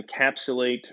encapsulate